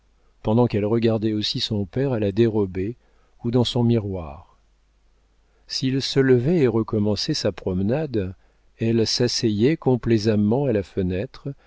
pendant qu'elle regardait aussi son père à la dérobée ou dans son miroir s'il se levait et recommençait sa promenade elle s'asseyait complaisamment à la fenêtre